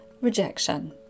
Rejection